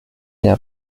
der